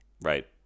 right